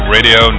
Radio